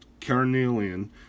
carnelian